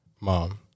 Mom